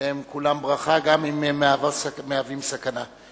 שהם כולם ברכה, גם אם הם מהווים סכנה.